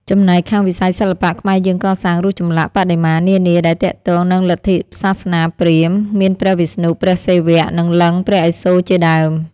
ចំណែក ខាងវិស័យសិល្បៈ ខ្មែរយើងកសាងរូបចម្លាក់ បដិមានានា ដែលទាក់ទងនឹងលទ្ធិ សាសនាព្រាហ្មណ៍ មានព្រះវិស្ណុ ព្រះសិវៈ និងលិង្គព្រះឥសូរជាដើម។